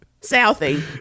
Southie